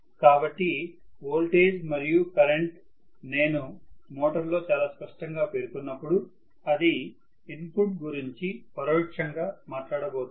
కాబట్టి వోల్టేజ్ మరియు కరెంట్ నేను మోటారులో చాలా స్పష్టంగా పేర్కొన్నప్పుడు అది ఇన్పుట్ గురించి పరోక్షంగా మాట్లాడబోతోంది